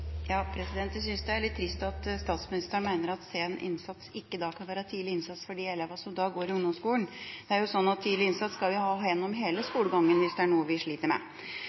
litt trist at statsministeren mener at sen innsats ikke kan være tidlig innsats for de elevene som går i ungdomsskolen. Det er jo sånn at tidlig innsats skal vi ha gjennom hele skolegangen hvis det er noe vi sliter med.